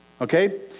Okay